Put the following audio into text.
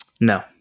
No